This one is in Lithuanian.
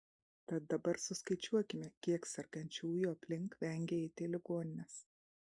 tad dabar suskaičiuokime kiek sergančiųjų aplink vengia eiti į ligonines